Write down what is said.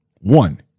one